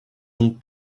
donc